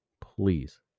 please